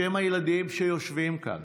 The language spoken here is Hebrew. בשם הילדים שיושבים כאן,